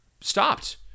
stopped